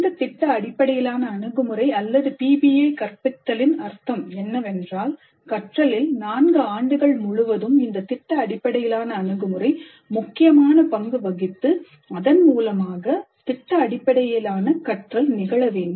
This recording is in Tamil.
இந்த திட்ட அடிப்படையிலான அணுகுமுறை அல்லது PBI கற்பித்தலின் அர்த்தம் என்னவென்றால் கற்றலில் 4 ஆண்டுகள் முழுவதும் இந்தத் திட்ட அடிப்படையிலான அணுகுமுறை முக்கியமான பங்கு வகித்து அதன் மூலமாக திட்ட அடிப்படையிலான கற்றல் நிகழ வேண்டும்